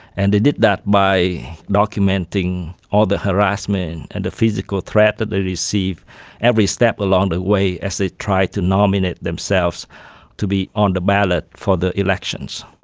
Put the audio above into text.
and they did that by documenting all the harassment and the physical threats that they received every step along the way as they tried to nominate themselves to be on the ballot for the elections.